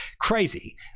crazy